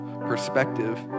Perspective